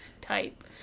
type